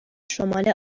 شمال